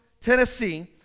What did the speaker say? Tennessee